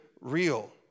real